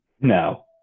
No